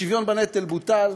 השוויון בנטל בוטל,